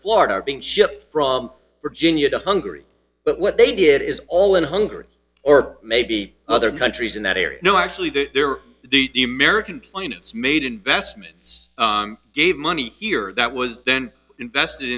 florida or being shipped from virginia to hungary but what they did is all in hungary or maybe other countries in that area no actually there are the american plane it's made investments gave money here that was then invested